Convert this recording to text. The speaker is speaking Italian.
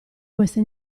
questa